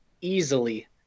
easily